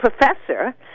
Professor